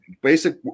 basic